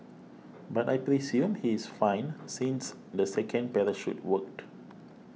but I presume he is fine since the second parachute worked